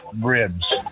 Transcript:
ribs